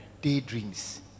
daydreams